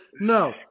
No